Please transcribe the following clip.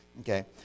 Okay